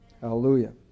Hallelujah